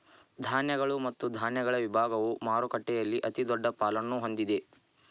ಧಾನ್ಯಗಳು ಮತ್ತು ಧಾನ್ಯಗಳ ವಿಭಾಗವು ಮಾರುಕಟ್ಟೆಯಲ್ಲಿ ಅತಿದೊಡ್ಡ ಪಾಲನ್ನು ಹೊಂದಿದೆ